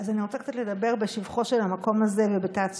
אני רוצה לדבר קצת בשבחו של המקום הזה ובתעצומות